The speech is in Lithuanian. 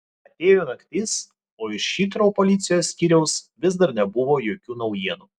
atėjo naktis o iš hitrou policijos skyriaus vis dar nebuvo jokių naujienų